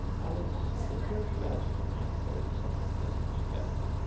alice was very glad to find her in such a pleasant temper,